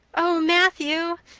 oh, matthew,